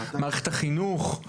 מערכת החינוך,